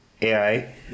AI